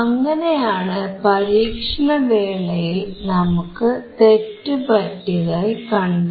അങ്ങനെയാണ് പരീക്ഷണവേളയിൽ നമുക്കും തെറ്റു പറ്റിയതായി കണ്ടത്